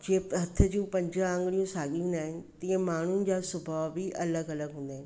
जीअं त हथ जूं पंज आङुरियूं साॻियूं न आहिनि तीअं माण्हुनि जा सुभाउ बि अलॻि अलॻि हूंदा आहिनि